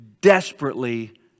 desperately